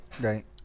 Right